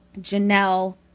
Janelle